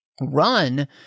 run